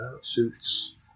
suits